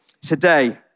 today